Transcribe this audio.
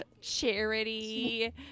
Charity